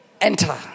enter